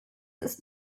ist